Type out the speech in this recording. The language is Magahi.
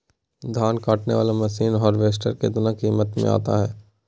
धान कटने बाला मसीन हार्बेस्टार कितना किमत में आता है?